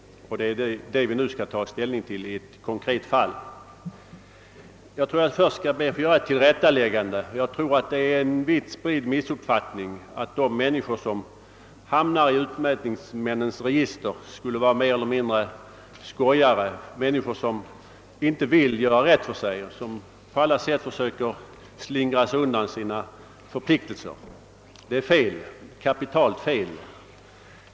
Det är det vi nu skall ta ställning till i ett konkret fall. Först ber jag att få göra ett tillrättaläggande. Jag tror att det är en vitt spridd missuppfattning att de människor som hamnar i utmätningsmännens register skulle vara mer eller mindre skojare, individer som inte vill göra rätt för sig och som på alla sätt försöker slingra sig undan sina förpliktelser. Det är fel — kapitalt fel.